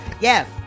Yes